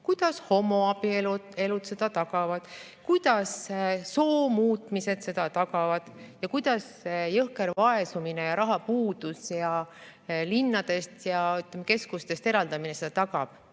kuidas homoabielud seda tagavad, kuidas soomuutmised seda tagavad ning kuidas jõhker vaesumine, rahapuudus ning linnadest ja keskustest eraldamine seda tagab.